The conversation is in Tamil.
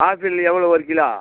ஆப்பிள் எவ்வளோ ஒரு கிலோ